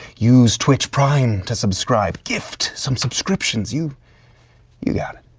use twitch prime to subscribe. gift some subscriptions, you you got it.